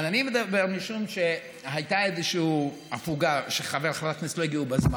אני מדבר משום שהייתה איזושהי הפוגה שחברי הכנסת לא הגיעו בזמן.